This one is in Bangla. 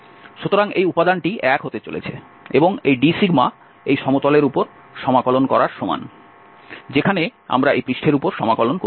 সুতরাং এই উপাদানটি 1 হতে চলেছে এবং এই d এই সমতলের উপর সমাকলন করার সমান যেখানে আমরা এই পৃষ্ঠের উপর সমাকলন করছি